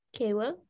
Kayla